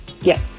Yes